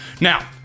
Now